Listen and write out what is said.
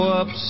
up